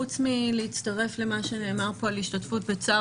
חוץ מלהצטרף למה שנאמר פה על השתתפות בצער